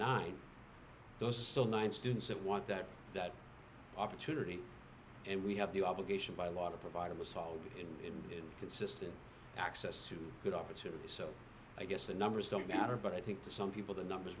nine those so nine students that want that that opportunity and we have the obligation by law to provide them a solid in consistent access to good opportunities so i guess the numbers don't matter but i think to some people the numbers